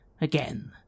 again